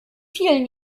vielen